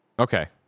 Okay